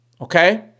okay